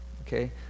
Okay